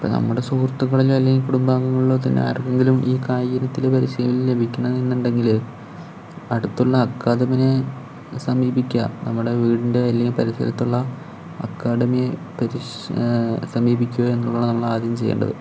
ഇപ്പോൾ നമ്മുടെ സുഹൃത്തുക്കളിലോ അല്ലെങ്കിൽ കുടുംബങ്ങളിലോ തന്നെ ആർക്കെങ്കിലും ഈ കായിക ഇനത്തില് പരിശീലനം ലഭിക്കുന്നതുണ്ടെങ്കില് അടുത്തുള്ള അക്കാഡമിനെ സമീപിക്കുക നമ്മുടെ വീടിൻ്റെ അല്ലെങ്കി പരിസരത്തുള്ള അക്കാഡമിയെ പരി സമീപിക്കുക എന്നുള്ളതാണ് ആദ്യം ചെയ്യേണ്ടത്